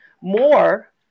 More